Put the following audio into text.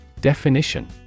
Definition